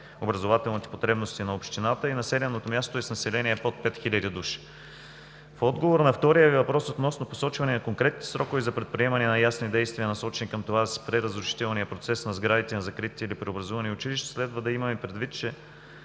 образователните потребности на общината и населеното място е с население под пет хиляди души. В отговор на втория Ви въпрос относно посочване на конкретни срокове за предприемане на ясни действия, насочени към това да се спре разрушителният процес на сградите на закритите или преобразувани училища, следва да имаме предвид, че